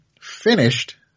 finished